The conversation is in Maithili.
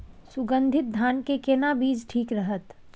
सुगन्धित धान के केना बीज ठीक रहत?